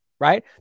Right